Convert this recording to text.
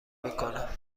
میکند